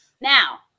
Now